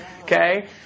okay